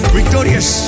Victorious